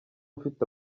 ufite